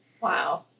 Wow